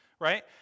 right